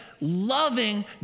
loving